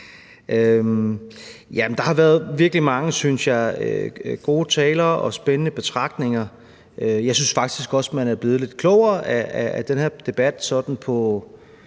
Der har været virkelig mange, synes jeg, gode taler og spændende betragtninger. Jeg synes faktisk også, at man er blevet lidt klogere på de politiske